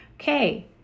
Okay